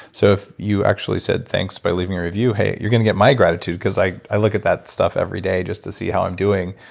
so, if you actually said thanks by leaving a review, hey, you're going to get my gratitude because i i look at that stuff every day just to see how i'm doing.